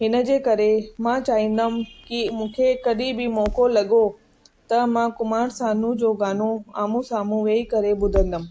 हिन जे करे मां चाहींदमि की मूंखे कॾहिं बि मौक़ो लॻो त मां कुमार सानू जो गानो आम्हूं साम्हूं वेही करे ॿुधंदमि